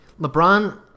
LeBron –